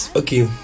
okay